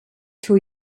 till